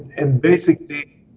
and basically,